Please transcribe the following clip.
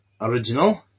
original